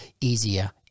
easier